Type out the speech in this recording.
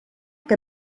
que